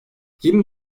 yeni